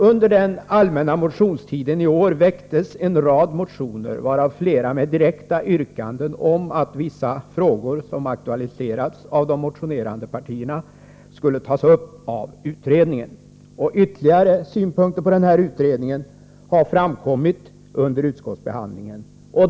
Under den allmänna motionstiden i år väcktes en rad motioner, varav flera med direkta yrkanden om att vissa frågor, som aktualiserats av de motionerande partierna, skulle tas upp av utredningen. Ytterligare synpunkter på utredningen har framkommit under utskottsbehandlingen.